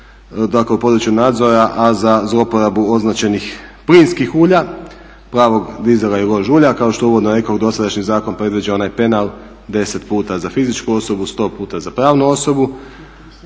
dakle u području nadzora, a za zloporabu označenih plinskih ulja, plavog dizela i lož ulja. Kao što uvodno rekoh, dosadašnji zakon predviđa onaj penal 10 puta za fizičku osobu, 100 puta za pravnu osobu.